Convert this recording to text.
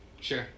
Sure